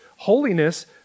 Holiness